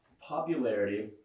popularity